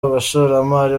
abashoramari